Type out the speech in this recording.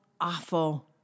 awful